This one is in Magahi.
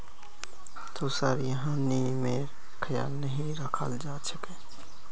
तोसार यहाँ नियमेर ख्याल नहीं रखाल जा छेक